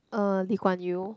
uh Lee-Kuan-Yew